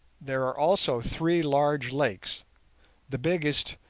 there are also three large lakes the biggest,